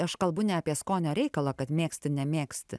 aš kalbu ne apie skonio reikalą kad mėgsti nemėgsti